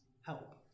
help